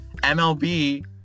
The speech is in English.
MLB